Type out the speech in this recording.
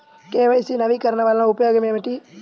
KYC నవీకరణ వలన ఉపయోగం ఏమిటీ?